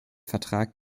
vertrag